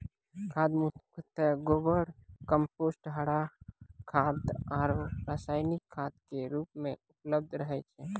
खाद मुख्यतः गोबर, कंपोस्ट, हरा खाद आरो रासायनिक खाद के रूप मॅ उपलब्ध रहै छै